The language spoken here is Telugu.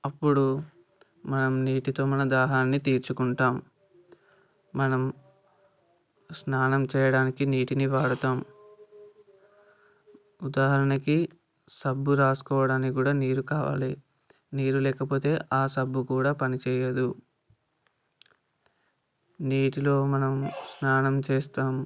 అప్పుడు మనం నీటితో మన దాహాన్ని తీర్చుకుంటాము మనం స్నానం చేయడానికి నీటిని వాడతాము ఉదాహరణకి సబ్బు రాసుకోవడానికి కూడా నీరు కావాలి నీరు లేకపోతే ఆ సబ్బు కూడా పనిచేయదు నీటిలో మనం స్నానం చేస్తాము